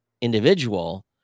individual